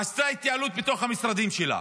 עשתה כהתייעלות בתוך המשרדים שלה?